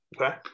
Okay